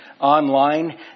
online